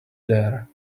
there